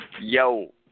Yo